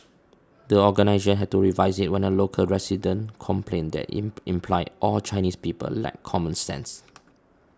the organisation had to revise it when a local resident complained that it in implied all Chinese people lacked common sense